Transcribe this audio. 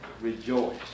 rejoice